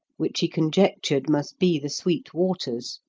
which he conjectured must be the sweet waters.